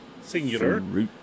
singular